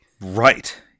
Right